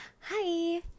Hi